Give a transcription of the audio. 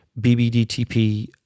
BBDTP